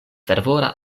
fervora